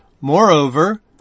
Moreover